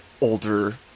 older